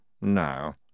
Now